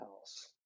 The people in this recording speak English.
house